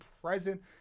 present